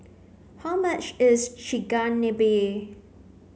how much is Chigenabe